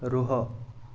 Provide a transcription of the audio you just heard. ରୁହ